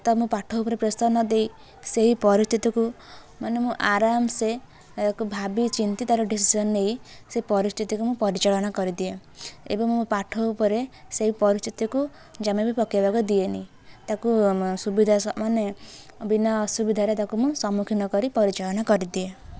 ତ ମୁଁ ପାଠ ଉପରେ ପ୍ରେସର ନ ଦେଇ ସେହି ପରିସ୍ଥିତିକୁ ମାନେ ମୁଁ ଆରାମ ସେ ତାକୁ ଭାବିଚିନ୍ତି ତା'ର ଡିସିସନ ନେଇ ସେହି ପରିସ୍ଥିତିକୁ ମୁଁ ପରିଚାଳନା କରିଦିଏ ଏବଂ ମୁଁ ପାଠ ଉପରେ ସେହି ପରିସ୍ଥିତିକୁ ଜମା ବି ପକେଇବାକୁ ଦିଏନି ତାକୁସୁବିଧା ସ ମାନେ ବିନା ଅସୁବିଧାରେ ତାକୁ ମୁଁ ସମ୍ମୁଖୀନ କରି ପରିଚାଳନା କରିଦିଏ